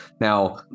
Now